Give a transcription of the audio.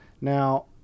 now